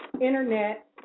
internet